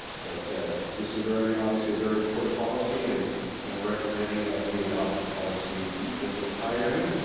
but this is a very, obviously, a very important policy and and recommending that we adopt the policy in its entirety.